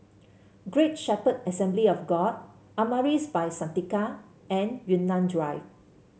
Great Shepherd Assembly of God Amaris By Santika and Yunnan Drive